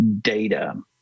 data